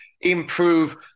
improve